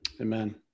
amen